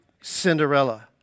Cinderella